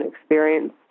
experience